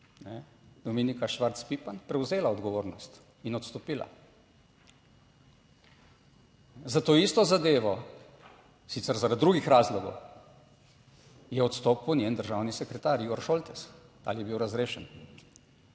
Dominika Švarc Pipan prevzela odgovornost in odstopila. Za to isto zadevo, sicer zaradi drugih razlogov, je odstopil njen državni sekretar Igor Šoltes. Ali je bil razrešen?